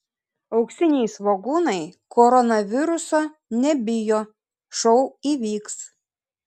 auksiniai svogūnai koronaviruso nebijo šou įvyks